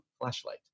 Flashlight